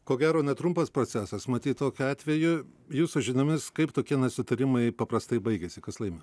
ko gero netrumpas procesas matyt tokiu atveju jūsų žiniomis kaip tokie nesutarimai paprastai baigiasi kas laimi